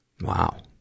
Wow